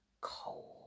cold